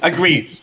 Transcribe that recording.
Agreed